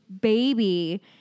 baby